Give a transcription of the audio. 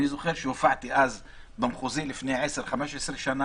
אני זוכר שהופעתי אז במחוזי, לפני 10 15 שנה,